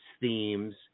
themes